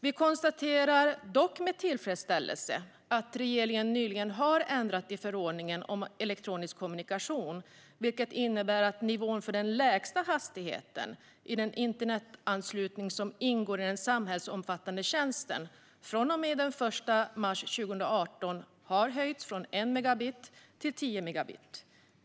Vi konstaterar dock med tillfredsställelse att regeringen nyligen har ändrat i förordningen om elektronisk kommunikation, vilket innebär att nivån för den lägsta hastigheten i den internetanslutning som ingår i den samhällsomfattande tjänsten har höjts från en megabit till tio megabit från och med den 1 mars 2018.